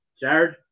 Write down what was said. Jared